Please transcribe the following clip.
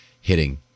hitting